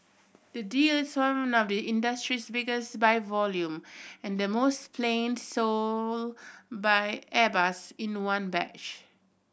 the deal is one industry's biggest by volume and the most planes sold by Airbus in one batch